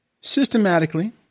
systematically